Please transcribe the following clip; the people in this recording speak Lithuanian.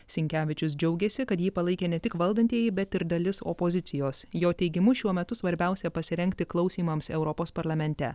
sinkevičius džiaugėsi kad jį palaikė ne tik valdantieji bet ir dalis opozicijos jo teigimu šiuo metu svarbiausia pasirengti klausymams europos parlamente